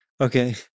Okay